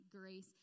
grace